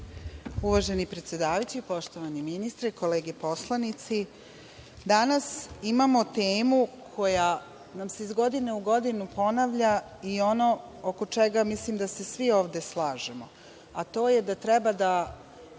Uvaženi predsedavajući, poštovani ministre, kolege poslanici, danas imamo temu koja nam se iz godine u godinu ponavlja. Ono oko čega mislim da se svi ovde slažemo, to je da treba da